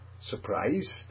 surprise